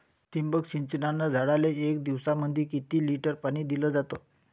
ठिबक सिंचनानं झाडाले एक दिवसामंदी किती लिटर पाणी दिलं जातं?